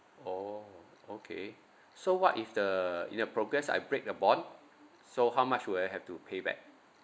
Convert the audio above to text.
oh okay so what if the in the progress I break the bond so how much will I have to pay back